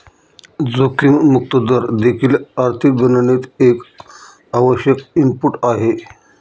जोखीम मुक्त दर देखील आर्थिक गणनेत एक आवश्यक इनपुट आहे